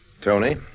Tony